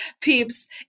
peeps